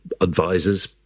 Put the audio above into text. advisors